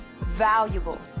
Valuable